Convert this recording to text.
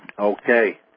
Okay